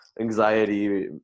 anxiety